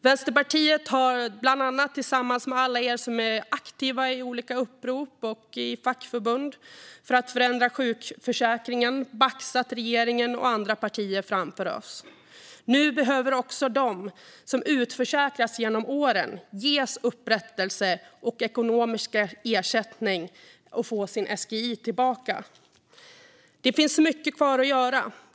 Vänsterpartiet har bland annat tillsammans med alla er som är aktiva i olika upprop och i fackförbund för att förändra sjukförsäkringen baxat regeringen och andra partier framför oss. Nu behöver också de som har utförsäkrats genom åren ges upprättelse och ekonomisk ersättning, och de behöver få sin SGI tillbaka. Det finns mycket kvar att göra.